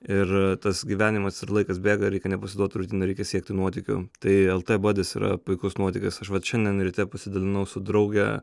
ir tas gyvenimas ir laikas bėga reikia nepasiduot rutinai reikia siekti nuotykių tai lt badis yra puikus nuotykis aš vat šiandien ryte pasidalinau su drauge